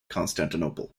constantinople